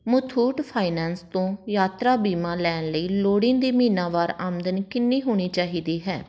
Muthoot finance ਤੋਂ ਯਾਤਰਾ ਬੀਮਾ ਲੈਣ ਲਈ ਲੋੜੀਂਦੀ ਮਹੀਨਾਵਾਰ ਆਮਦਨ ਕਿੰਨੀ ਹੋਣੀ ਚਾਹੀਦੀ ਹੈ